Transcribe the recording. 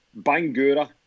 Bangura